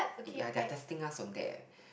ya they are testing us on that leh